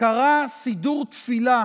קרע סידור תפילה